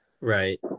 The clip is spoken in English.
Right